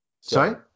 Sorry